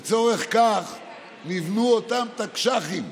לצורך זה נבנו אותם תקש"חים,